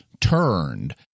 turned